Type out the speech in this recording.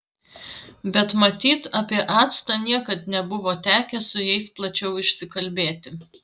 bet matyt apie actą niekad nebuvo tekę su jais plačiau išsikalbėti